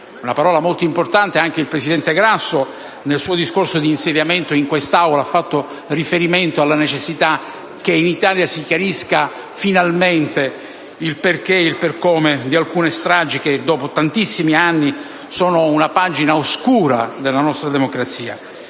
una parola importantissima, e ricordo che anche il presidente Grasso nel suo discorso d'insediamento in quest'Aula ha fatto riferimento alla necessità che in Italia si chiariscano finalmente le ragioni e le modalità di alcune stragi che, dopo tantissimi anni, sono una pagina oscura della nostra democrazia.